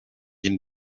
ihnen